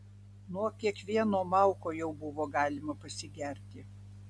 nuo kiekvieno mauko jau buvo galima pasigerti